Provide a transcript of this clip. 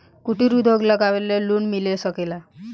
कुटिर उद्योग लगवेला लोन मिल सकेला?